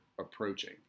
approaching